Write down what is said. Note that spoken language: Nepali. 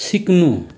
सिक्नु